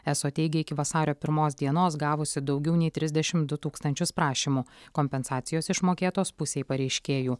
eso teigia iki vasario pirmos dienos gavusi daugiau nei trisdešimt du tūkstančius prašymų kompensacijos išmokėtos pusei pareiškėjų